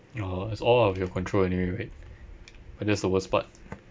orh it's all out of your control anyway right but that's the worst part